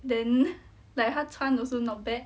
then like like 他穿 also not bad